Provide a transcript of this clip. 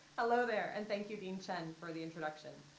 hello there and thank you dean chen for the introduction.